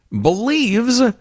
believes